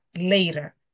later